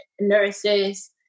nurses